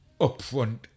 upfront